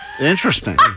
Interesting